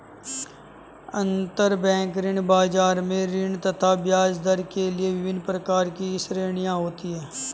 अंतरबैंक ऋण बाजार में ऋण तथा ब्याजदर के लिए विभिन्न प्रकार की श्रेणियां होती है